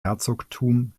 herzogtum